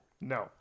No